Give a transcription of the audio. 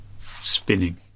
Spinning